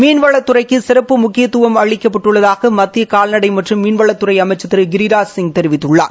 மீன்வளத்துறைக்கு சிறப்பு முக்கியத்துவம் அளிக்கப்பட்டுள்ளதாக மத்திய கால்நடை மற்றும் மீன்வளத்துறை அமைச்சர் திரு கிரிராஜ் சிங் தெரிவித்துள்ளார்